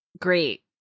great